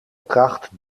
kracht